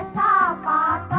da